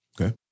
Okay